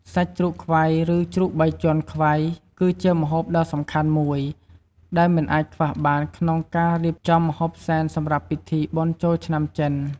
សាច់ជ្រូកខ្វៃ ឬជ្រូកបីជាន់ខ្វៃ គឺជាម្ហូបដ៏សំខាន់មួយ ដែលមិនអាចខ្វះបានក្នុងការរៀបចំម្ហូបសែនសម្រាប់ពិធីបុណ្យចូលឆ្នាំចិន។